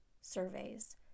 surveys